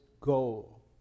goal